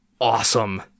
awesome